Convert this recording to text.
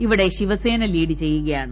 ഇവിടെ ശിവസേന ലീഡ് ചെയ്യുകയാണ്